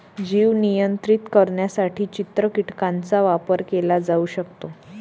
जीव नियंत्रित करण्यासाठी चित्र कीटकांचा वापर केला जाऊ शकतो